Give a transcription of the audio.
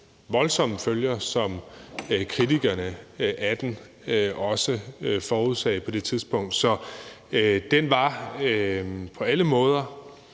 voldsomme følger, som kritikerne af den også forudsagde på det tidspunkt. Så den var på alle måder